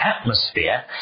atmosphere